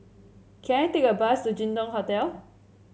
can I take a bus to Jin Dong Hotel